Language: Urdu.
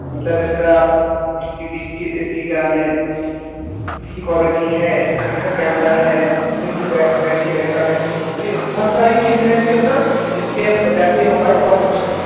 مطلب اس کا اس کی اس کی اس کی کیا نام ہے اس کی کوالیٹی ہے اس اس کا کیمرا ہے اس میں پھر بیٹری بیک اپ ہے ارے بہت ساری چیزیں ہیں اس کے اندر جس کے وجہ سے یہ موبائل بہت اچھا ہے